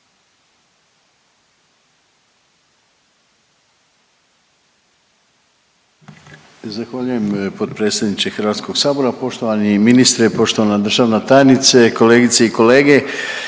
Zahvaljujem potpredsjedniče Hrvatskog sabora. Poštovani ministre, poštovana državna tajnice, kolegice i kolege.